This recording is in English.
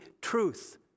truth